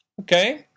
Okay